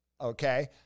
okay